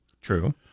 true